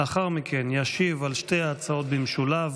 לאחר מכן ישיב על שתי ההצעות במשולב